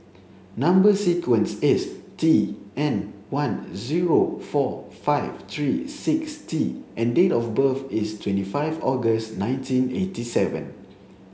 number sequence is T N one zero four five three six T and date of birth is twenty five August nineteen eighty seven